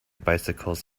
bicycles